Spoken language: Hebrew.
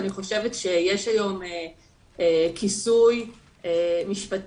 אני חושבת שיש היום כיסוי משפטי,